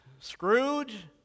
Scrooge